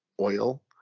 oil